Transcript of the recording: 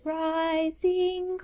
rising